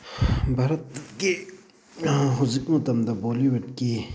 ꯚꯥꯔꯠꯀꯤ ꯍꯧꯖꯤꯛ ꯃꯇꯝꯗ ꯕꯣꯂꯤꯋꯨꯗꯀꯤ